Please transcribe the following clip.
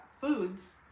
foods